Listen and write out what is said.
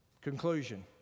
Conclusion